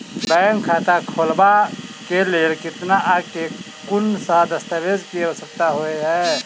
Bank खाता खोलबाबै केँ लेल केतना आ केँ कुन सा दस्तावेज केँ आवश्यकता होइ है?